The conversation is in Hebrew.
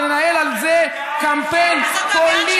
כדי לנהל על זה קמפיין פוליטי,